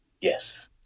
yes